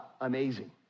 amazing